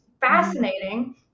fascinating